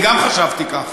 גם אני חשבתי כך.